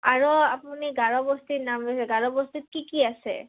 আৰু আপুনি গাৰোবস্তিৰ নাম লৈছে গাৰোবস্তিত কি কি আছে